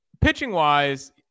pitching-wise